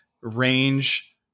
range